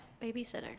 babysitter